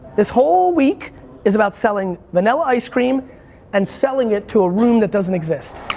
this whole week is about selling vanilla ice cream and selling it to a room that doesn't exist.